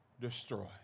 destroy